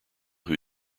who